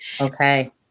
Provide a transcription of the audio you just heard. Okay